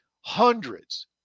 hundreds